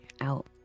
out